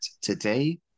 Today